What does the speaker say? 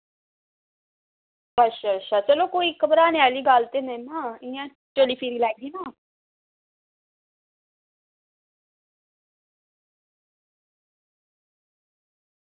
अच्छा अच्छा चलो कोई घबराने आह्ली गल्ल ते नना इंया चली फिरी लैगी ना